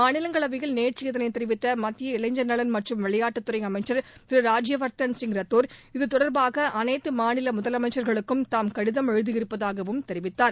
மாநிலங்களவையில் நேற்று இதனைத் தெரிவித்த மத்திய இளைஞா் நலன் மற்றும் விளையாட்டுத் துறை அமைச்ச் திரு ராஜ்யவர்தன் சிங் ரத்தோர் இதுதொடர்பாக அனைத்து மாநில முதலமைச்ச்களுக்கும் தாம் கடிதம் எழுதியிருப்பதாகவும் தெரிவித்தார்